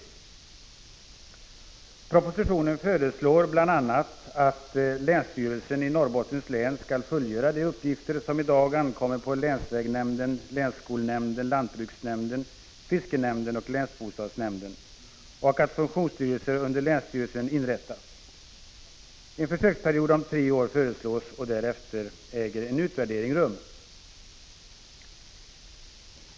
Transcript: I propositionen föreslås bl.a. att länsstyrelsen i Norrbottens län skall fullgöra de uppgifter som i dag ankommer på länsvägnämnden, länsskolnämnden, lantbruksnämnden, fiskenämnden och länsbostadsnämnden och att funktionsstyrelser skall inrättas under länsstyrelsen. En försöksperiod om tre år föreslås, och därefter skall en utvärdering äga rum.